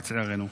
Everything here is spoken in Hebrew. לצערנו.